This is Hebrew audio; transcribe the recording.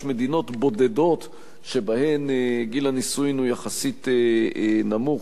יש מדינות בודדות שבהן גיל הנישואין הוא יחסית נמוך,